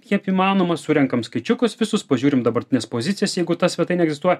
kiek įmanoma surenkame skaičiukus visus pažiūrim dabartines pozicijas jeigu ta svetainė egzistuoja